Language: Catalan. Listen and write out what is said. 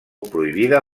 prohibida